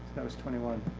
that was twenty one.